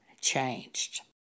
changed